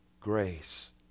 grace